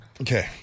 Okay